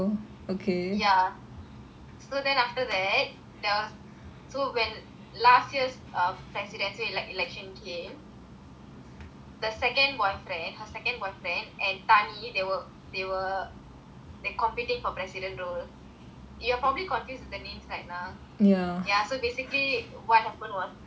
ya so then after that there was then last year's err presidentil election came the second boyfriend her second boyfriend and tani they were they were they competing for president role you are probably confused with thee names right now ya so basially what happened was they compete against each other